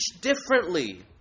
differently